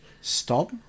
Stop